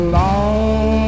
long